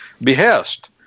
behest